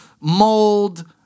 Mold